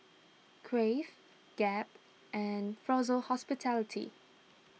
Crave Gap and Fraser Hospitality